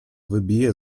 wybiję